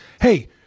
hey